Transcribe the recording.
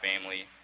family